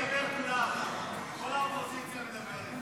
(הוראות לעניין דמי הפצה),